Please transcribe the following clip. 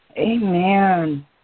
Amen